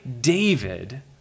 David